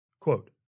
Quote